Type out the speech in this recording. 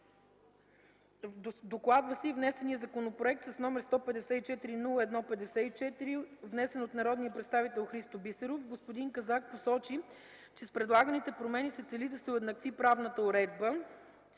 Докладва се и внесения законопроект с № 154-01-54, внесен от народния представител Христо Бисеров. Господин Казак посочи, че с предлаганите промени се цели да се уеднакви правната уредба